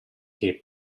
che